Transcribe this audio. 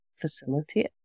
facilitate